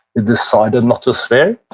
decided not to swear,